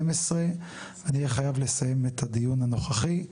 ב-16:10-16:12 אני אהיה חייב לסיים את הדיון הנוכחי.